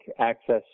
access